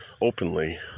openly